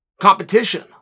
competition